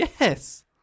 Yes